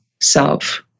self